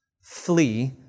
Flee